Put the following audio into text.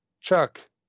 Chuck